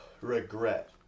Regret